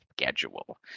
Schedule